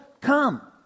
come